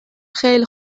خیلی